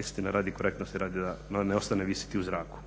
istine radi, korektnosti radi da ne ostane visjeti u zraku.